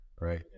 right